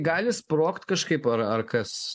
gali sprogt kažkaip ar ar kas